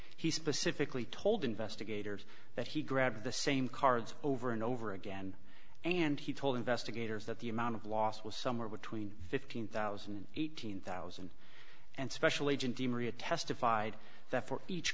he specifically told investigators that he grabbed the same cards over and over again and he told investigators that the amount of loss was somewhere between fifteen thousand and eighteen thousand and special agent di maria testified